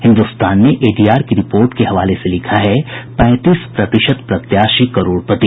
हिन्दुस्तान ने एडीआर की रिपोर्ट के हवाले से लिखा है पैंतीस प्रतिशत प्रत्याशी करोड़पति